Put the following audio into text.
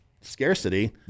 scarcity